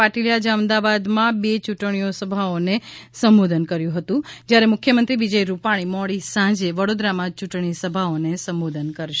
પાટીલે આજે અમદાવાદમાં બે ચૂંટણીઓ સભાઓને સંબોધન કર્યું હતુ જ્યારે મુખ્યમંત્રી વિજય રૂપાણી મોડી સાંજે વડોદરામાં યૂંટણી સભાઓને સંબોધન કરશે